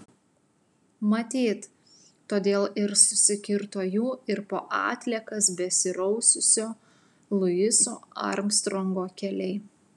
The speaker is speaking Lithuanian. matyt todėl ir susikirto jų ir po atliekas besiraususio luiso armstrongo keliai